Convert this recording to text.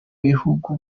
bihugu